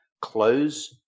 close